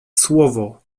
słowo